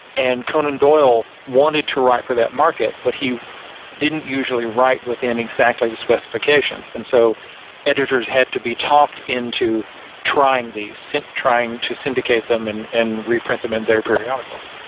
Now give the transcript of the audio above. and conan doyle wanted to write for that market, but he didn't usually write within exactly the specifications. and so editors had to be talked into trying these, trying to syndicate them and and reprint them in their periodicals.